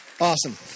Awesome